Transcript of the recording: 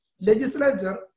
Legislature